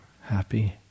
happy